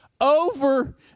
over